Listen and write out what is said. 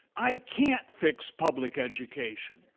i can't fix public education.